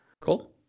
cool